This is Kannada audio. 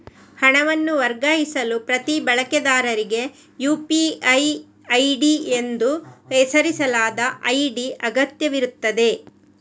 ಹಣವನ್ನು ವರ್ಗಾಯಿಸಲು ಪ್ರತಿ ಬಳಕೆದಾರರಿಗೆ ಯು.ಪಿ.ಐ ಐಡಿ ಎಂದು ಹೆಸರಿಸಲಾದ ಐಡಿ ಅಗತ್ಯವಿರುತ್ತದೆ